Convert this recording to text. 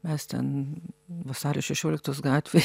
mes ten vasario šešioliktos gatvėj